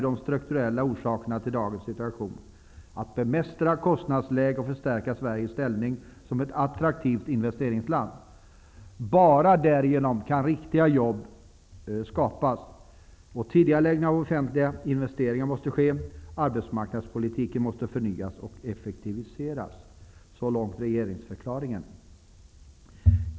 Den första är att angripa de strukturella orsakerna, klara kostnadsläget och stärka Sveriges ställning som ett attraktivt investeringsland. Bara därigenom kan nya riktiga jobb skapas. Den andra är att tidigarelägga offentliga investeringar. Den tredje är att förnya och effektivisera arbetsmarknadspolitiken.''